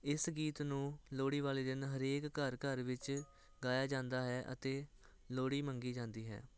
ਇਸ ਗੀਤ ਨੂੰ ਲੋਹੜੀ ਵਾਲੇ ਦਿਨ ਹਰੇਕ ਘਰ ਘਰ ਵਿੱਚ ਗਾਇਆ ਜਾਂਦਾ ਹੈ ਅਤੇ ਲੋਹੜੀ ਮੰਗੀ ਜਾਂਦੀ ਹੈ